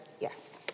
yes